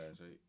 right